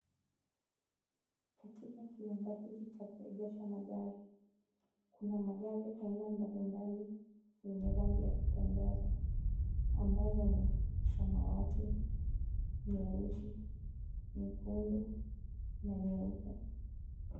Katika kiwanda hiki cha kuegesha magari. Kuna magari aina mbalimbali yenye rangi ya kupendeza. Ambazo ni samawati, nyeusi, nyekundu, na nyeupe.